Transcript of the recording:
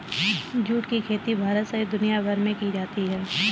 जुट की खेती भारत सहित दुनियाभर में की जाती है